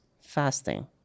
fasting